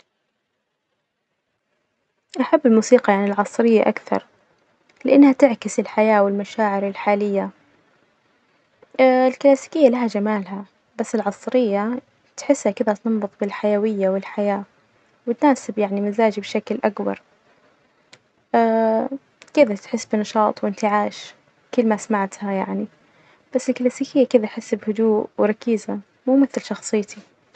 أحب الموسيقى يعني العصرية أكثر، لإنها تعكس الحياة والمشاعر الحالية الكلاسيكية لها جمالها بس العصرية تحسها كذا تنبض بالحيوية والحياة، وتناسب يعني مزاجي بشكل أكبر جبل تحس بنشاط وإنتعاش كل ما سمعتها يعني، بس الكلاسيكية كذا أحس بهدوء وركيزة مو مثل شخصيتي.